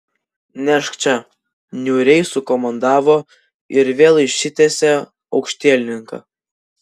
nešk čia niūriai sukomandavo ir vėl išsitiesė aukštielninka